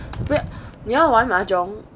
wait 你要玩 mahjong